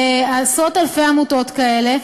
עשרות-אלפי עמותות כאלה,